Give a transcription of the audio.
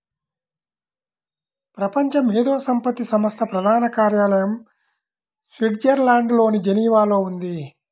ప్రపంచ మేధో సంపత్తి సంస్థ ప్రధాన కార్యాలయం స్విట్జర్లాండ్లోని జెనీవాలో ఉంది